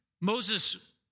Moses